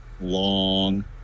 long